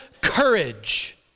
courage